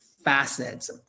facets